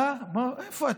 איפה אתה,